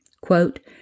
Quote